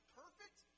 perfect